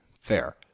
Fair